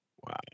Wow